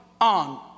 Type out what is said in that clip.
on